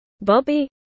Bobby